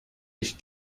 ich